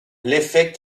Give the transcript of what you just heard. l’effet